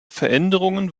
veränderungen